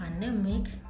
pandemic